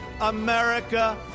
America